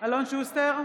אלון שוסטר,